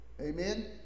Amen